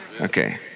Okay